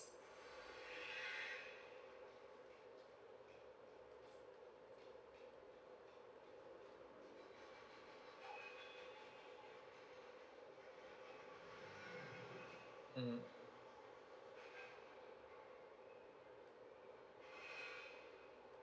mm